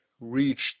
reached